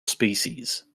species